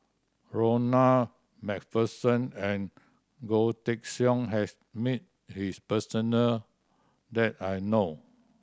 Ronald Macpherson and Goh Teck Sian has meet his personal that I know